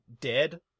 dead